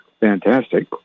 fantastic